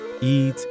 eat